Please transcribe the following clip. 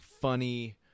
funny